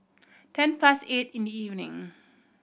ten past eight in the evening